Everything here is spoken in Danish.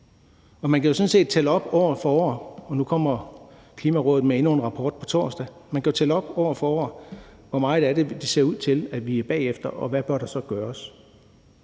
Man kan jo sådan set tælle op år for år – nu kommer Klimarådet med endnu en rapport på torsdag – hvor meget det ser ud til at vi er bagefter, og hvad der så bør